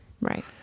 Right